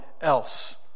else